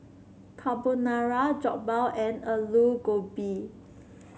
Carbonara Jokbal and Alu Gobi